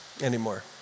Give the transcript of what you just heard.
anymore